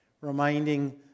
reminding